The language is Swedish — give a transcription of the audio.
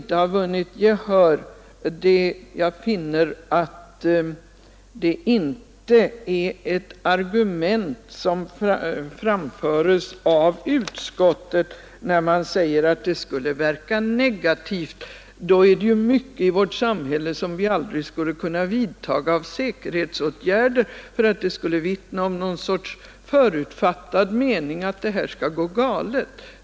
Jag betraktar det inte som något argument när utskottet säger att detta skulle verka negativt. Då är det ju många säkerhetsåtgärder i vårt samhälle som vi aldrig skulle kunna vidta därför att de skulle vittna om Nr 33 någon sorts förutfattad mening att det skall gå galet.